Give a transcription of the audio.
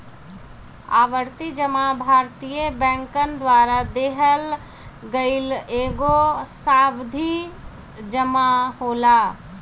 आवर्ती जमा भारतीय बैंकन द्वारा देहल गईल एगो सावधि जमा होला